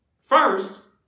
First